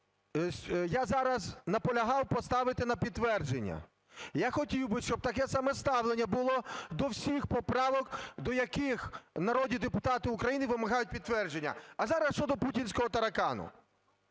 я зараз наполягав поставити на підтвердження. Я хотів би, щоб таке саме ставлення було до всіх поправок, до яких народні депутати України вимагають підтвердження. А зараз щодо "путінського таракана".